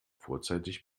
vorzeitig